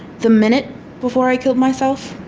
the minute before i killed myself,